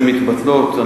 מתבטלות.